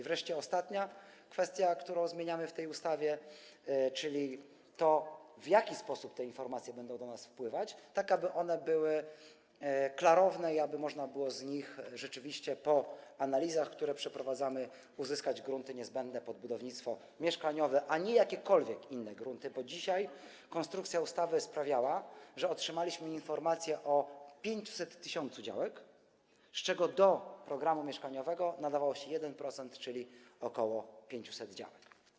Wreszcie ostatnia kwestia, którą zmieniamy w tej ustawie, czyli to, w jaki sposób te informacje będą do nas wpływać, tak aby one były klarowne i aby rzeczywiście po analizach, które przeprowadzamy, można było z nich uzyskać grunty niezbędne dla budownictwa mieszkaniowego, a nie jakiekolwiek inne grunty, bo dzisiaj konstrukcja ustawy sprawiała, że otrzymaliśmy informację o 500 tys. działek, z czego do programu mieszkaniowego nadawał się 1%, czyli ok. 500 działek.